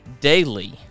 daily